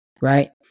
right